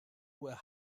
were